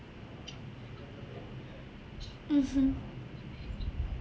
mmhmm